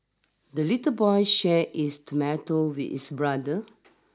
the little boy shared his tomato with his brother